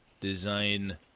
design